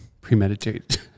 Premeditated